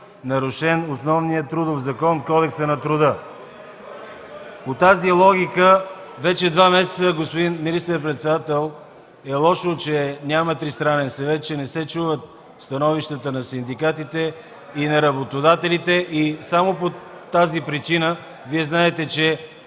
нарушен основният трудов закон – Кодекса на труда. И по тази логика вече два месеца, господин министър-председател, е лошо, че няма Тристранен съвет, че не се чуват становищата на синдикатите и на работодателите и само по тази причина, знаете, че